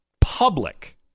public